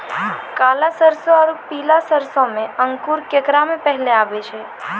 काला सरसो और पीला सरसो मे अंकुर केकरा मे पहले आबै छै?